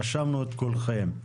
רשמנו את כולכם.